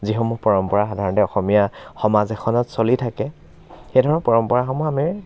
যিসমূহ পৰম্পৰা সাধাৰণতে অসমীয়া সমাজ এখনত চলি থাকে সেইধৰণৰ পৰম্পৰাসমূহ আমি